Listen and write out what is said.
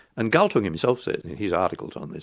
and galtung himself said and his articles on this,